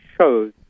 shows